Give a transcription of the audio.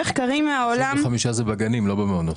35 זה בגנים, לא במעונות.